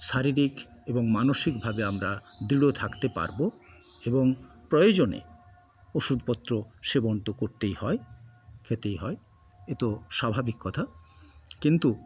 শারীরিক এবং মানসিকভাবে আমরা দৃঢ় থাকতে পারব এবং প্রয়োজনে ওষুধপত্র সেবন তো করতেই হয় খেতেই হয় এ তো স্বাভাবিক কথা কিন্তু